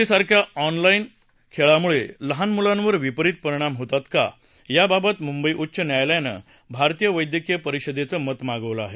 PUBG सारख्या online खेळामुळे लहानमुलांवर विपरीत परिणाम होतात का या बाबत मुंबई उच्च न्यायालयानं भारतीय वैद्यकीय परिषदेचं मत मागवलं आहे